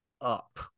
up